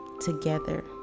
together